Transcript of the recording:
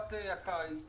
בתקופת הקיץ